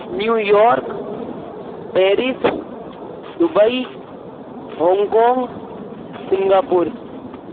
New York Paris Dubai Hong Kong Singapore